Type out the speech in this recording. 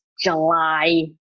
July